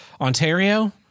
Ontario